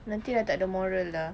nanti dah tak ada moral lah